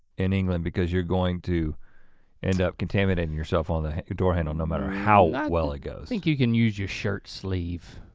in england because you're going to end up contaminating yourself on the door handle no matter how well it goes. i think you can use your shirt sleeve.